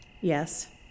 Yes